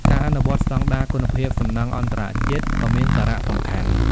ការអនុវត្តស្តង់ដារគុណភាពសំណង់អន្តរជាតិក៏មានសារៈសំខាន់។